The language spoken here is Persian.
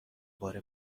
بار